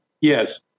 Yes